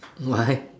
why